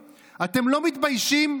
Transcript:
על פנסיות תקציביות,